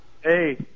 Hey